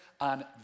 on